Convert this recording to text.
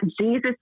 Jesus